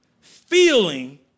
feeling